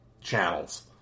channels